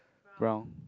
brown